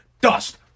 Dust